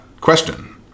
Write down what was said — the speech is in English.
question